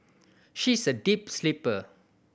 she is a deep sleeper